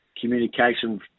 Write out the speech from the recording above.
communication